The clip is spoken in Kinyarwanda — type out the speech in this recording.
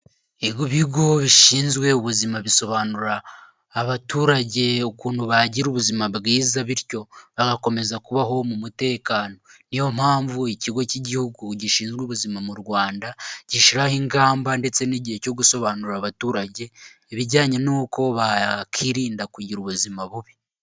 Ibigo bishinzwe ubuzima bisobanurira abaturage ukuntu bagira ubuzima bwiza bityo bagakomeza kubaho mu mutekano, niyo mpamvu ikigo cy'igihugu gishinzwe ubuzima mu Rwanda gishyiraho ingamba ndetse n'igihe cyo gusobanurira abaturage, ibijyanye n'uko bakirinda kugira ubuzima bubi.